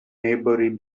maybury